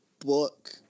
book